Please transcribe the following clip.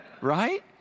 right